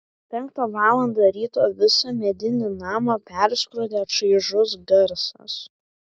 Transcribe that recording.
penktą valandą ryto visą medinį namą perskrodė čaižus garsas